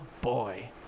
boy